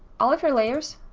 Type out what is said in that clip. all of your layers